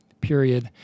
period